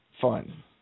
fun